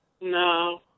No